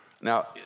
Now